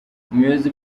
umuyobozi